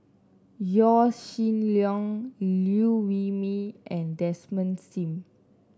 Yaw Shin Leong Liew Wee Mee and Desmond Sim